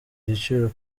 igiciro